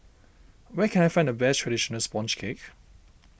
where can I find the best Traditional Sponge Cake